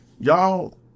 y'all